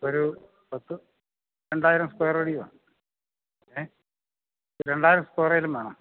ഒരു പത്ത് രണ്ടായിരം സ്ക്വയര് അടി വേണം ഏ രണ്ടായിരം സ്ക്വയറെങ്കിലും വേണം